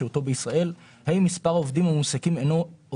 בשל אשרה ורישיון ישיבה שניתנו לו מכוח